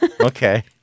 Okay